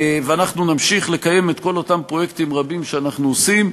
ואנחנו נמשיך לקיים את כל אותם פרויקטים רבים שאנחנו עושים,